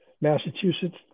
Massachusetts